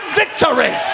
victory